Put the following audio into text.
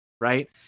right